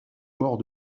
mort